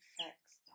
affects